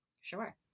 Sure